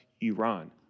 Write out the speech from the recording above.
Iran